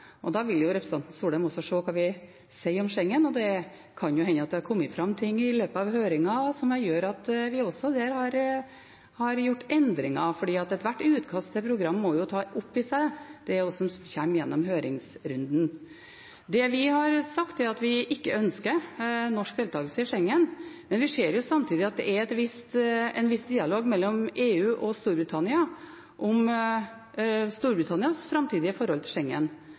Da vil representanten Wang Soleim se hva vi sier om Schengen, og det kan hende at det har kommet fram ting i løpet av høringen som gjør at vi også der har gjort endringer, for ethvert utkast til program må ta opp i seg det som kommer gjennom høringsrunden. Det vi har sagt, er at vi ikke ønsker norsk deltakelse i Schengen, men vi ser samtidig at det er en viss dialog mellom EU og Storbritannia om Storbritannias framtidige forhold til